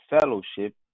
fellowship